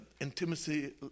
intimacy